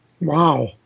Wow